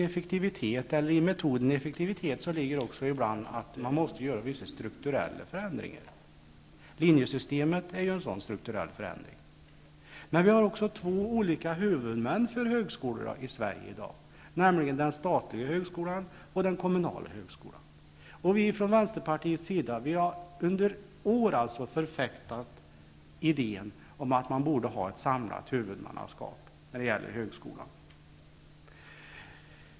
Effektivitet innebär ibland att det också är nödvändigt med vissa strukturella förändringar. Att avskaffa linjesystemet är en sådan strukturell förändring. Vi har också två olika huvudmän för högskolan i Sverige i dag, nämligen den statliga högskolan och den kommunala högskolan. Vi i Vänsterpartiet har under år förfäktat idén om ett samlat huvudmannaskap för högskolan.